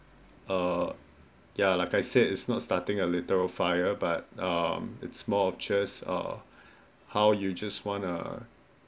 err ya like I say is not starting a little fire but err it's more of just err how you just want err